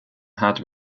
had